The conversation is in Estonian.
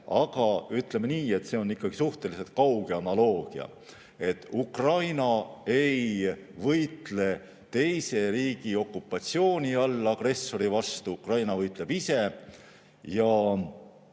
aga ütleme nii, et see on ikkagi suhteliselt kauge analoogia. Ukraina ei võitle teise riigi okupatsiooni all agressori vastu, Ukraina võitleb ise. Ja